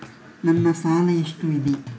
ನನ್ನ ಸಾಲ ಎಷ್ಟು ಇದೆ?